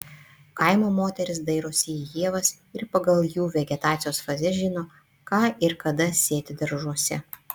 kaimo moterys dairosi į ievas ir pagal jų vegetacijos fazes žino ką ir kada sėti daržuose